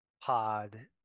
pod